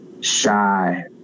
shy